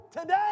today